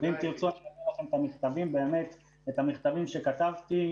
אם תרצו, אני יכול להעביר לכם את המכתבים שכתבתי,